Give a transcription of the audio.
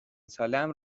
سالهام